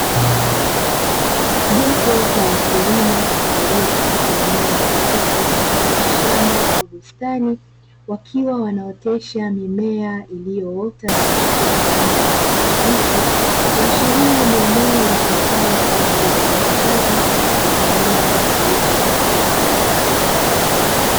Jopo la wakulima walio katika eneo la wazi mfano wa shamba au bustani, wakiwa wanaotesha mimea iliyoota na kuchipua kwa rangi ya kijani kibichi, kuashiria ni eneo litumikalo kwa ajili ya uzalishaji wa mimea ya aina mbalimbali.